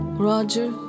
Roger